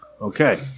Okay